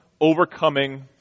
overcoming